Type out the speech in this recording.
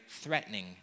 threatening